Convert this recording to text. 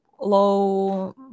low